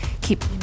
Keep